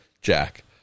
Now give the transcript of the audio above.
Jack